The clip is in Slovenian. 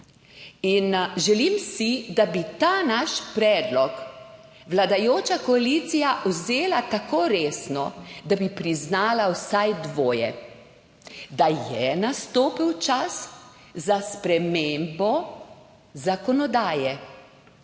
Želim si, da bi ta naš predlog vladajoča koalicija vzela tako resno, da bi priznala vsaj dvoje – da je nastopil čas za spremembo zakonodaje